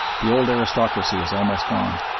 the old aristocracy is almost gone,